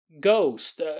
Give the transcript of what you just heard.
ghost